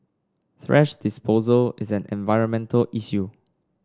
thrash disposal is an environmental issue